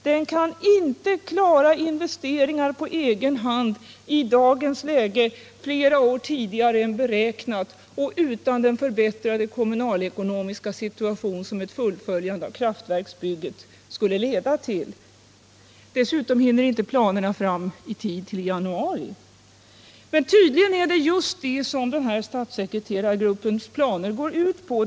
Den kan inte klara nya, tidigarelagda investeringar på egen hand i dagens läge — flera år tidigare än beräknat och utan den förbättrade kommunalekonomiska situation som ett fullföljande av kraftverksbygget skulle leda till. Dessutom hinner inte planerna fram i tid till januari, då jobben behövs. Men tydligen är det just detta som statssekreterargruppens planer går ut på.